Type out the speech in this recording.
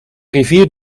rivier